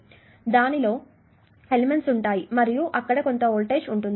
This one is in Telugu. కాబట్టి దానిలో ఎలిమెంట్స్ ఉంటాయి మరియు అక్కడ కొంత వోల్టేజ్ ఉంటుంది